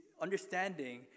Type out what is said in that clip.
understanding